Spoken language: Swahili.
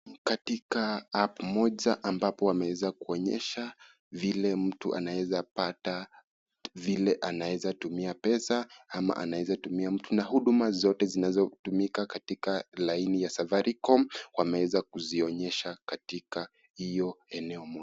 Katika app moja ambapo wameweza kuonyesha vile mtu anawezapata vile anaweza tumia pesa ama anaweza tumia mtu. Na huduma zote zinaweza kutumika katika laini ya Safaricom, wameweza kuzionyesha katika hiyo eneo moja.